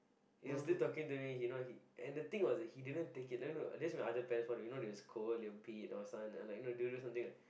he was still talking to me you know and the thing was that he didn't take it no no you if this was other parent they will scold they will beat your son you know and do something